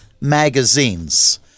magazines